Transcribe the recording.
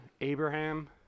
Abraham